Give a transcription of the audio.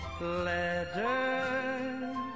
Letters